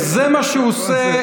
אם זה מה שהוא עושה,